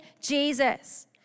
Jesus